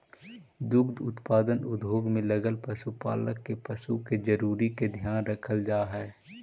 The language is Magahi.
दुग्ध उत्पादन उद्योग में लगल पशुपालक के पशु के जरूरी के ध्यान रखल जा हई